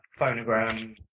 Phonogram